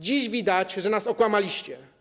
Dziś widać, że nas okłamaliście.